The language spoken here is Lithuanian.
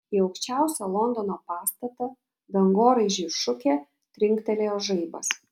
į aukščiausią londono pastatą dangoraižį šukė trinktelėjo žaibas